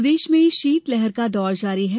मौसम प्रदेश में शीतलहर का दौर जारी है